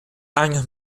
años